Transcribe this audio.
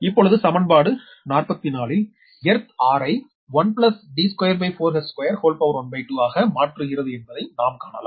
இப்பொழுது சமன்பாடு 44 இல் எர்த் r ஐ 1 D24h212ஆக மாற்றுகிறது என்பதை நாம் காணலாம்